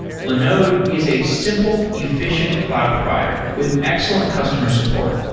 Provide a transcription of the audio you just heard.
linode is a simple, efficient cloud provider with excellent customer support.